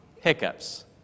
Hiccups